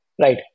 right